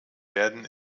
werden